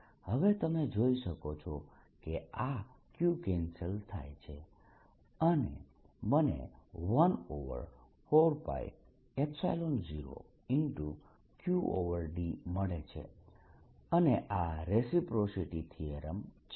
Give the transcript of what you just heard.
હવે તમે જોઈ શકો છો કે આ q કેન્સલ થાય છે અને મને 14π0Qd મળે છે અને આ રેસિપ્રોસિટી થીયરમ છે